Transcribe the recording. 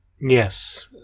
Yes